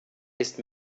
ist